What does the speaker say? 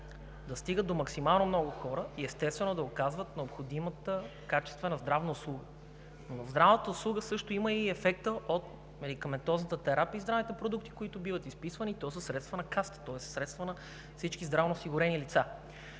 да стигат до максимално много хора и, естествено, да оказват необходимата качествена здравна услуга. В здравната услуга също има и ефекта от медикаментозната терапия и здравните продукти, които биват изписвани, и то със средства на Касата, тоест със средства на всички здравноосигурени лица.